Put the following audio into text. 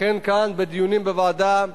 לכן כאן, בדיונים בוועדה,